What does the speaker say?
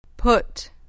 Put